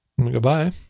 Goodbye